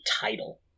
title